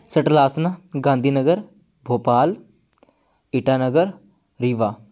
ਸਟਲਾਸਨਾ Gandhi Nagar Bhopal Itanagar Rewa